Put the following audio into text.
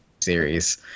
series